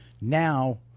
Now